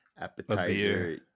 appetizer